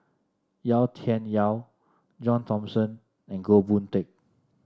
Yau Tian Yau John Thomson and Goh Boon Teck